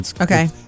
Okay